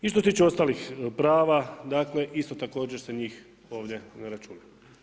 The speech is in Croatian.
I što se tiče ostalih prava, dakle isto također se njih ovdje ne računa.